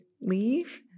leave